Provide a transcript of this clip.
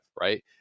right